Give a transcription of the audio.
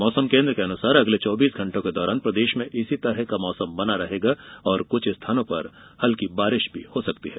मौसम केन्द्र के अनुसार अगले चौबीस घंटों के दौरान प्रदेश में इसी तरह का मौसम बना रहेगा और कुछ स्थानों पर हल्की वर्षा भी हो सकती है